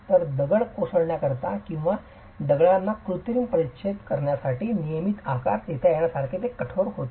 तर दगड कोसळण्याकरिता किंवा दगडांना कृत्रिम परिच्छेद करण्यासाठी नियमित आकार देत्या येण्या सारखे ते कठोर होते